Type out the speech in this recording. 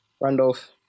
Randolph